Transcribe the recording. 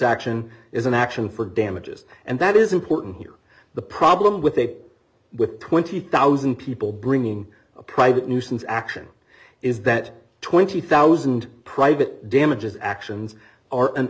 action is an action for damages and that is important here the problem with a with twenty thousand people bringing a private nuisance action is that twenty thousand private damages actions are an